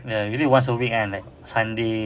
ya usually once a week kan like sunday